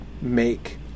make